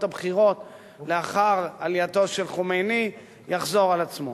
הבחירות לאחר עלייתו של חומייני יחזור על עצמו.